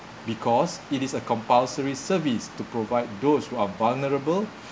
because it is a compulsory service to provide those who are vulnerable